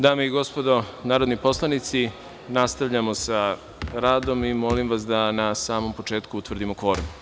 Dame i gospodo narodni poslanici, nastavljamo sa radom i molim vas da na samom početku utvrdimo kvorum.